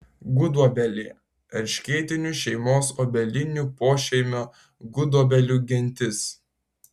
gudobelė erškėtinių šeimos obelinių pošeimio gudobelių gentis